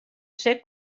ser